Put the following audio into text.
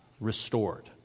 restored